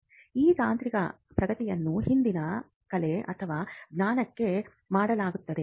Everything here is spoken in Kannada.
ಈ ತಾಂತ್ರಿಕ ಪ್ರಗತಿಯನ್ನು ಹಿಂದಿನ ಕಲೆ ಅಥವಾ ಜ್ಞಾನಕ್ಕೆ ಮಾಡಲಾಗುತ್ತದೆ